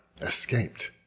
escaped